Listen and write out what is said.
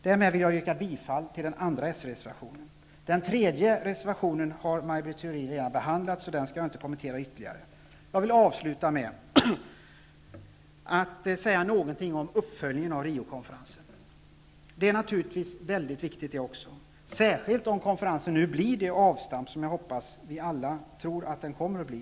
Därmed yrkar jag bifall till reservation nr 2. Reservation nr 3 har redan behandlats av Maj Britt Theorin, så den skall jag inte kommentera ytterligare. Jag vill avslutningsvis säga någonting om uppföljningen av Rio-konferensen. Uppföljningen är naturligtvis också väldigt viktig, särskilt om konferensen blir det avstamp som vi alla hoppas och tror att den kommer att bli.